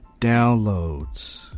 downloads